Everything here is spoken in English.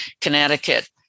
Connecticut